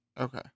okay